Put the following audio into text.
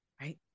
right